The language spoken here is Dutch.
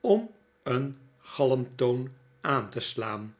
om een galmtoon aan te slaan